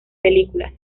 películas